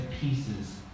pieces